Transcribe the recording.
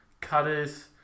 Cutters